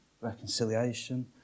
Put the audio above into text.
reconciliation